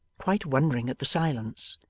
quite wondering at the silence.